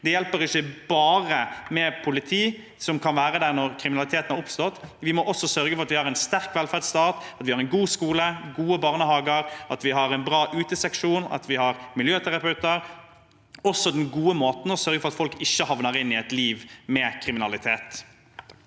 Det hjelper ikke bare med politi som kan være der når kriminaliteten har oppstått. Vi må også sørge for at vi har en sterk velferdsstat, en god skole, gode barnehager, en bra uteseksjon og miljøterapeuter – også den gode måten å sørge for at folk ikke havner i et liv med kriminalitet